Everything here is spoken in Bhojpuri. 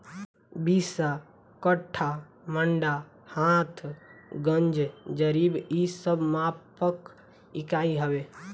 बिस्सा, कट्ठा, मंडा, हाथ, गज, जरीब इ सब मापक इकाई हवे